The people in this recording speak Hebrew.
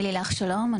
אני לילך שלום,